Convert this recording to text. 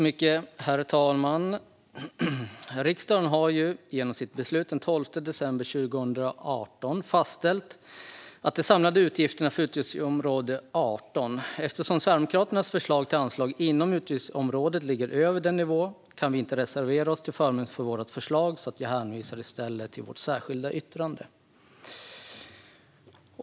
Herr talman! Riksdagen har ju genom sitt beslut den 12 december 2018 fastställt de samlade utgifterna för utgiftsområde 18. Eftersom Sverigedemokraternas förslag till anslag inom utgiftsområdet ligger över den nivån kan vi inte reservera oss till förmån för vårt förslag. Jag hänvisar i stället till vårt särskilda yttrande.